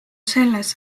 selles